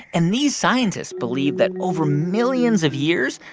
and these scientists believe that over millions of years,